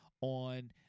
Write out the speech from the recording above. on